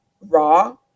raw